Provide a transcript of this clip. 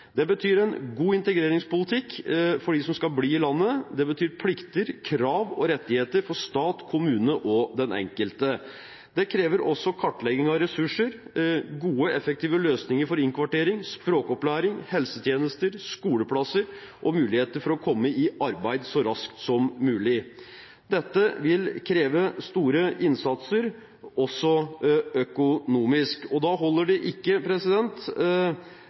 Det betyr en god integreringspolitikk for dem som skal bli i landet. Det betyr plikter, krav og rettigheter for stat, kommune og den enkelte. Det krever også kartlegging av ressurser, gode, effektive løsninger for innkvartering, språkopplæring, helsetjenester, skoleplasser og muligheter for å komme i arbeid så raskt som mulig. Dette vil kreve store innsatser, også økonomisk. Da holder det ikke